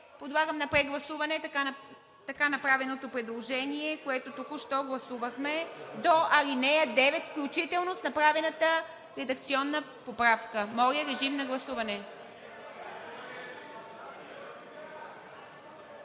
Подлагам на прегласуване така направеното предложение, което току-що гласувахме – до ал. 9 включително, с направената редакционна поправка. Гласували